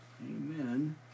Amen